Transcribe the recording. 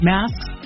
Masks